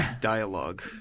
dialogue